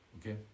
okay